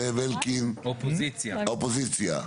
אופוזיציה,